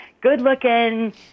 good-looking